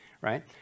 right